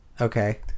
okay